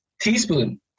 Teaspoon